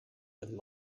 and